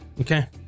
Okay